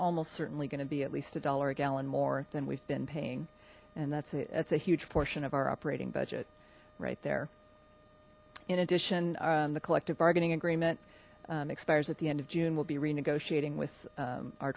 almost certainly going to be at least a dollar a gallon more than we've been paying and that's it's a huge portion of our operating budget right there in addition the collective bargaining agreement expires at the end of june we'll be renegotiating with